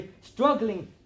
struggling